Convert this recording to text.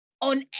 On